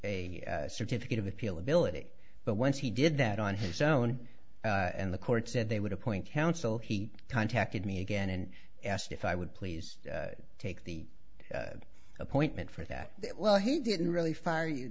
obtain a certificate of appeal ability but once he did that on his own and the court said they would appoint counsel he contacted me again and asked if i would please take the appointment for that well he didn't really fire you